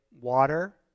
water